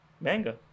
manga